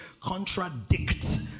contradict